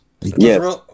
Yes